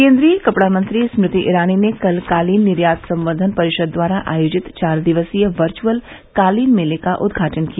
केन्द्रीय कपड़ा मंत्री स्मृति ईरानी ने कल कालीन निर्यात संवर्धन परिषद द्वारा आयोजित चार दिवसीय वर्चअल कालीन मेले का उद्घाटन किया